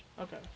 Okay